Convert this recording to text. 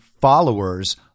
followers